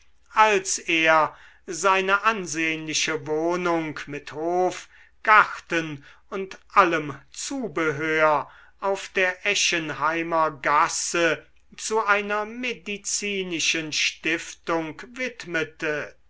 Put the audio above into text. als er seine ansehnliche wohnung mit hof garten und allem zubehör auf der eschenheimer gasse zu einer medizinischen stiftung widmete